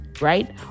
right